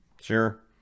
Sure